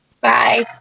Bye